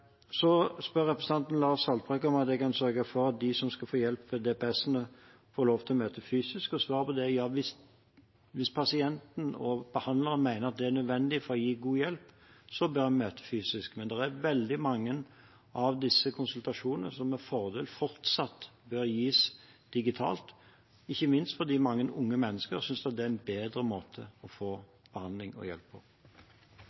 Så spør representanten Lars Haltbrekken om jeg kan sørge for at de som skal få hjelp ved DPS-ene, får lov til å møte fysisk. Svaret på det er at hvis pasienten og behandleren mener at det er nødvendig for å gi god hjelp, så bør en møte fysisk. Men det er veldig mange av disse konsultasjonene som med fordel fortsatt bør gis digitalt, ikke minst fordi mange unge mennesker synes det er en bedre måte å få